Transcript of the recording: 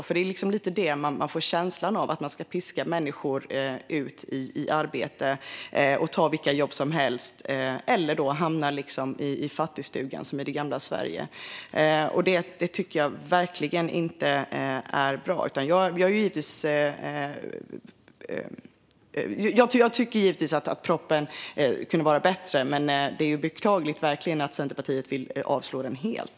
Man får lite känslan av att man ska piska människor ut i arbete och ta vilka jobb som helst, eller hamna i fattigstugan - det gamla Sverige. Det är verkligen inte bra. Jag tycker givetvis att propositionen hade kunnat vara bättre, men det är beklagligt att Centerpartiet vill avslå den helt.